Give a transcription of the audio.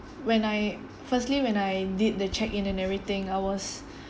when I firstly when I did the check in and everything I was